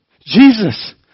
Jesus